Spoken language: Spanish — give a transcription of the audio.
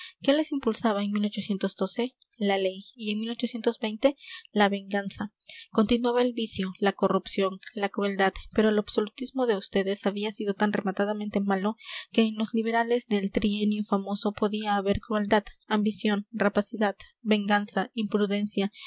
qué les impulsaba en la ley y en la venganza continuaba el vicio la corrupción la crueldad pero el absolutismo de vds había sido tan rematadamente malo que en los liberales del trienio famoso podía haber crueldad ambición rapacidad venganza imprudencia